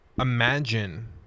imagine